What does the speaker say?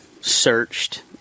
searched